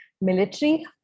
military